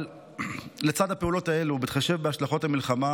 אבל בהתחשב בהשלכות המלחמה,